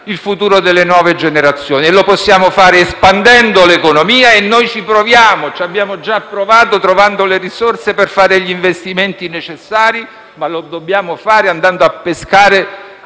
il futuro delle nuove generazioni. E lo possiamo fare espandendo l'economia: ci proviamo e ci abbiamo già provato, trovando le risorse per fare gli investimenti necessari, ma lo dobbiamo fare andando a pescare